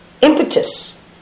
impetus